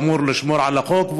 לשמור על החוק,